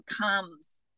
comes